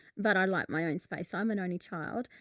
but i like my own space. i'm an only child.